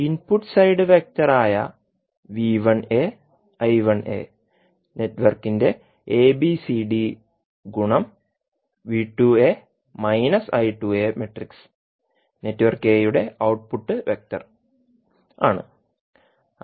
input side വെക്ടറായ നെറ്റ്വർക്കിന്റെ ABCD ഗുണം നെറ്റ്വർക്ക് എയുടെ ഔട്ട്പുട്ട് വെക്റ്റർ ആണ്